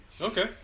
Okay